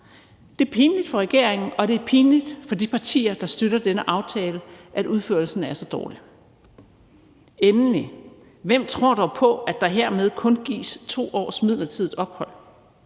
Det er pinligt for regeringen, og det er pinligt for de partier, der støtter denne aftale, at udførelsen er så dårlig. Endelig: Hvem tror dog på, at der hermed kun gives 2 års midlertidigt ophold?